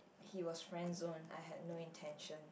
he was friend zone I had no intention